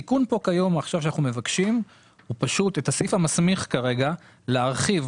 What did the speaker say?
אנחנו עוסקים בפרק ד',